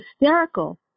hysterical